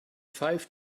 five